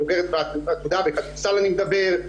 בכדורסל אני מדבר,